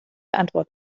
antwort